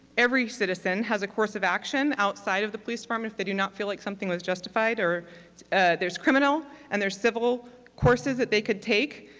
every citizen, has course of action outside of the police department if they do not feel like something was justified or there's criminal and there's civil courses that they could take.